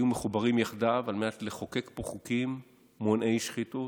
שהיו מחוברים יחדיו על מנת לחוקק פה חוקים מונעי שחיתות,